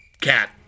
cat